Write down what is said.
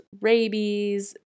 rabies